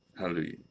Hallelujah